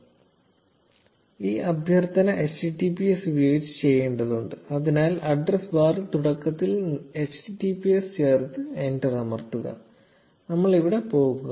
0654 ഈ അഭ്യർത്ഥന https ഉപയോഗിച്ച് ചെയ്യേണ്ടതുണ്ട് അതിനാൽ അഡ്രസ് ബാറിൽ തുടക്കത്തിൽ https ചേർത്ത് എന്റർ അമർത്തുക നിങ്ങൾ ഇവിടെ പോകുക